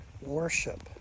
worship